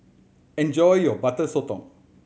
enjoy your Butter Sotong